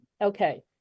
Okay